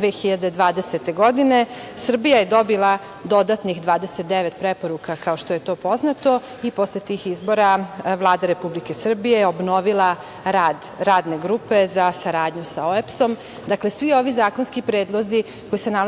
2020. godine Srbija je dobila dodatnih 29 preporuka, kao što je to poznato, i posle tih izbora Vlada Republike Srbije je obnovila rad Radne grupe za saradnju sa OEBS-om. Dakle, svi ovi zakonski predlozi koji se nalaze